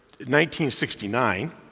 1969